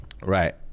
Right